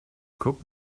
guck